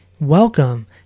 Welcome